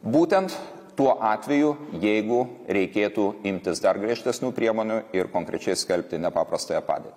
būtent tuo atveju jeigu reikėtų imtis dar griežtesnių priemonių ir konkrečiai skelbti nepaprastąją padėtį